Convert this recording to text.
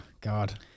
God